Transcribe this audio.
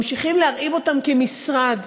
ממשיכים להרעיב אותם כמשרד,